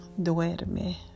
duerme